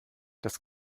das